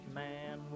man